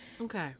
Okay